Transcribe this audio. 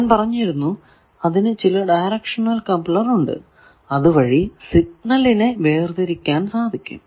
ഞാൻ പറഞ്ഞിരുന്നു അതിനു ചില ഡയറക്ഷണൽ കപ്ലർ ഉണ്ട് അതുവഴി സിഗ്നലിനെ വേർതിരിക്കാൻ സാധിക്കും